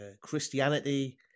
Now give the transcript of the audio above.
Christianity